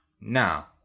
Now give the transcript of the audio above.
Now